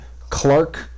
Clark